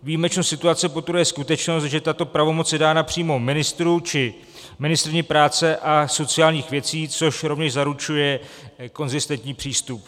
Výjimečnost situace podtrhuje skutečnost, že tato pravomoc je dána přímo ministru či ministryni práce a sociálních věcí, což rovněž zaručuje konzistentní přístup.